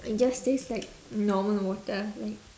it just taste like normal water ah like